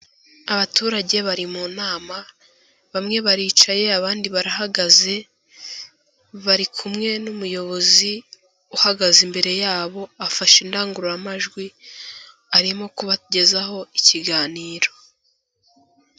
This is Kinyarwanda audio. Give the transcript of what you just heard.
Abaturage bari mu nama, bamwe baricaye abandi barahagaze, bari kumwe n'umuyobozi uhagaze imbere yabo, afashe indangururamajwi arimo kubagezaho ikiganiro.